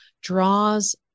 draws